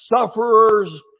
Sufferers